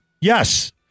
Yes